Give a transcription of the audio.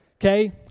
Okay